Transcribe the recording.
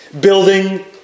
Building